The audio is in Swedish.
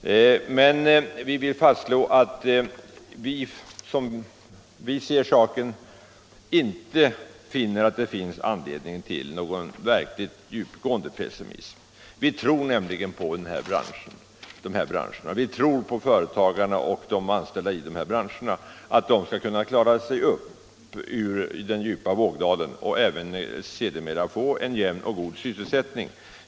Men vi vill fastslå att det inte finns anledning till någon verkligt djupgående pessimism. Vi tror att företagarna och de som är anställda inom dessa branscher skall kunna klara sig upp ur den djupa vågdalen och sedermera få en jämn och god sysselsättning.